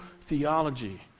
theology